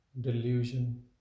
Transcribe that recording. delusion